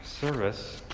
service